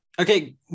Okay